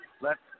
lets